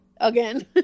Again